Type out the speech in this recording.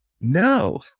no